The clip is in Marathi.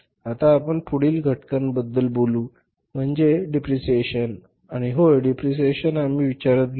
आता आपण पुढील घटकाबद्दल बोलू म्हणजेच डिप्रिशिएशन आणि होय डिप्रिशिएशन आम्ही विचारात घेऊ